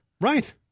Right